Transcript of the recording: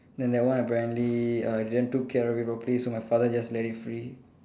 then that one apparently uh didn't took care of it properly so my father just let it free